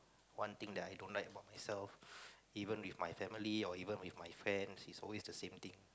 one thing that I don't like about myself even with my family or even with my friends it's always the same thing